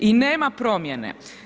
I nema promjene.